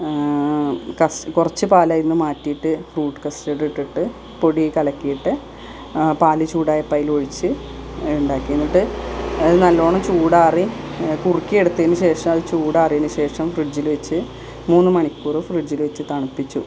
കുറച്ച് പാൽ അതിൽനിന്ന് മാറ്റിയിട്ട് ഫ്രൂട്ട് കസ്റ്റഡ് ഇട്ടിട്ട് പൊടി കലക്കിയിട്ട് പാൽ ചൂടായപ്പം അതിലൊഴിച്ച് ഉണ്ടാക്കി എന്നിട്ട് അത് നല്ലവണ്ണം ചൂടാറി കുറുക്കി എടുത്തതിന് ശേഷം അത് ചൂടാറിയതിന് ശേഷം ഫ്രിഡ്ജിൽ വെച്ച് മൂന്ന് മണിക്കൂറ് ഫ്രിഡ്ജിൽ വെച്ച് തണുപ്പിച്ചു